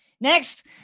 Next